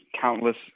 countless